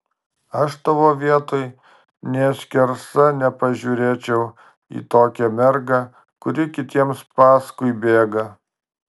aš tavo vietoj nė skersa nepažiūrėčiau į tokią mergą kuri kitiems paskui bėga